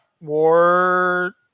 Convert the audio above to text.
War